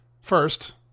first